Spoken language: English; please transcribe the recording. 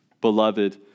Beloved